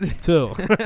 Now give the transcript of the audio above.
Two